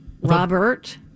Robert